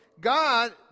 God